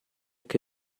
che